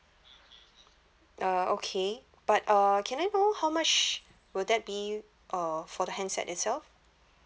uh okay but uh can I know how much will that be uh for the handset itself